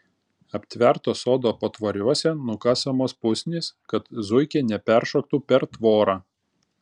aptverto sodo patvoriuose nukasamos pusnys kad zuikiai neperšoktų per tvorą